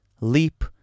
Leap